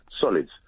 solids